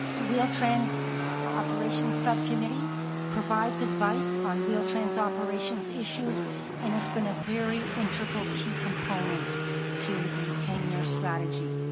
wheel-trans operations subcommittee provides advice on wheel-trans operations issues and has been a very integral key component to the ten-year strategy